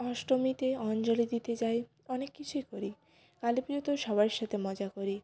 অষ্টমীতে অঞ্জলি দিতে যাই অনেক কিছুই করি কালী পুজোতেও সবার সাথে মজা করি